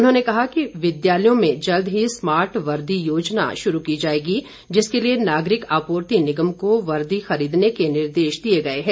उन्होंने कहा कि विद्यालयों में जल्द ही स्मार्ट वर्दी योजना शुरू की जाएगी जिसके लिए नागरिक आपूर्ति निगम को वर्दी खरीदने के निर्देश दिए गए हैं